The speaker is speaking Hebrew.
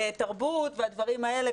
תרבות ודברים האלה,